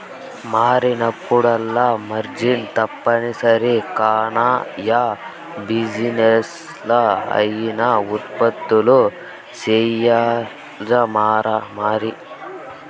మారినప్పుడల్లా మార్జిన్ తప్పనిసరి కాన, యా బిజినెస్లా అయినా ఉత్పత్తులు సెయ్యాల్లమరి